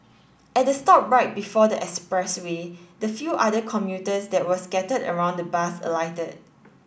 at the stop right before the express way the few other commuters that were scattered around the bus alighted